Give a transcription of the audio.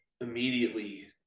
immediately